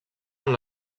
amb